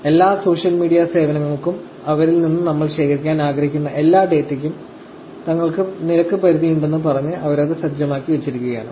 എല്ലാ social media സേവനങ്ങൾക്കും അവരിൽ നിന്ന് നമ്മൾ ശേഖരിക്കാൻ ആഗ്രഹിക്കുന്ന എല്ലാ ഡാറ്റയ്ക്കും തങ്ങൾക്ക് നിരക്ക് പരിധിയുണ്ടെന്ന് പറഞ്ഞ് അവർ അത് സജ്ജമാക്കി വച്ചിരിക്കുകയാണ്